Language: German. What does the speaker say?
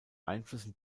einflüssen